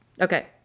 Okay